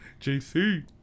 JC